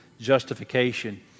justification